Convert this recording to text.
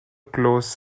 closed